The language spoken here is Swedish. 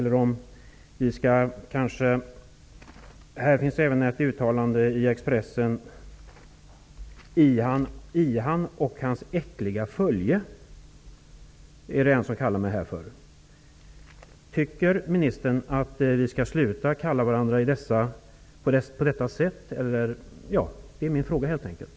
Det finns även ett uttalande i Expressen. Någon skriver: ''Ian och hans äckliga följe''. Tycker ministern att vi skall sluta kalla varandra sådana saker?